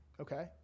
okay